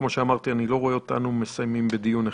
כמו שאמרתי, אני לא רואה אותנו מסיימים בדיון אחד.